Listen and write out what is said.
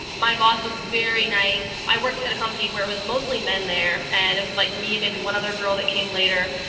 my boss was very nice. i worked at a company where it was mostly men there and it was like me and maybe one other girl that came later,